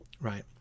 Right